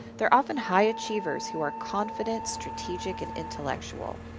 they are often high achievers who are confident, strategic, and intellectual.